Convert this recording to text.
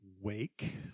wake